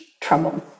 trouble